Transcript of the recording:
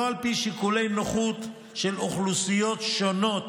לא לפי שיקולי נוחות של אוכלוסיות שונות,